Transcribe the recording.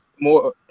more